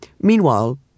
Meanwhile